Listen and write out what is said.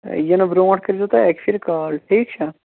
یِنہٕ برونٛٹھ کٔرۍ زیٚو تُہۍ اَکہِ پھِرِ کال ٹھیٖک چھا